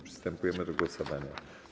Przystępujemy do głosowania.